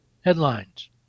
headlines